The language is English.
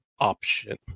option